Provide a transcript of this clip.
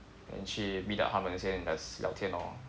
then 去 meet up 他们先 just 聊天哦